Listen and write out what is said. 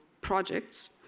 projects